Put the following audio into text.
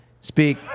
speak